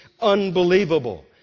Unbelievable